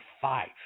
five